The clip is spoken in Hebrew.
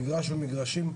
מגרש ומגרשים,